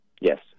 Yes